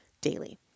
daily